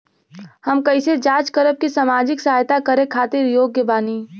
हम कइसे जांच करब की सामाजिक सहायता करे खातिर योग्य बानी?